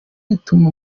ituma